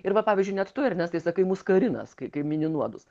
ir va pavyzdžiui net tu ernestai sakai muskarinas kai mini nuodus